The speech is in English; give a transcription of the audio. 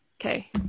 Okay